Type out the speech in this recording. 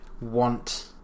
want